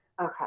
Okay